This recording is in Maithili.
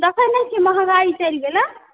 देखै नहि छियै महगाइ चलि गेलै